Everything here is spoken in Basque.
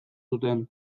zuten